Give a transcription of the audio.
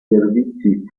servizi